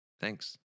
Thanks